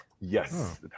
yes